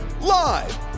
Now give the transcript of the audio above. Live